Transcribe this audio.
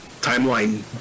Timeline